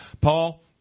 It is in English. Paul